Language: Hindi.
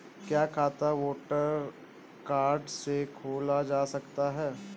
क्या खाता वोटर कार्ड से खोला जा सकता है?